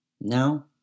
Now